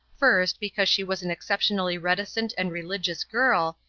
first, because she was an exceptionally reticent and religious girl,